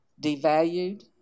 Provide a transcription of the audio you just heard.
devalued